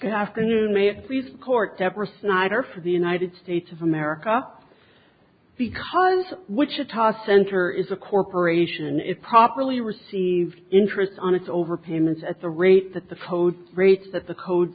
good afternoon manfred court pepper snyder for the united states of america because wichita center is a corporation if properly received interest on its over payments at the rate that the code rates that the code